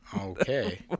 Okay